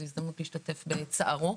זו הזדמנות להשתתף בצערו,